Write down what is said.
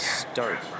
start